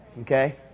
Okay